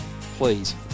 please